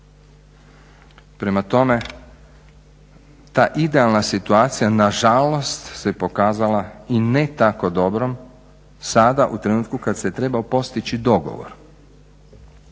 Prema tome, ta idealna situacija nažalost se pokazala i ne tako dobrom sada u trenutku kada se trebao postići dogovor.